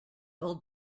old